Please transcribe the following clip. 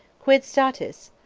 quid statis?